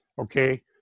okay